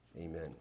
Amen